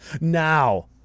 Now